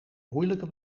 moeilijke